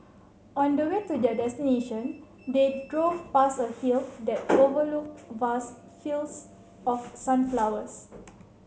on the way to their destination they drove past a hill that overlooked vast fields of sunflowers